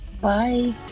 bye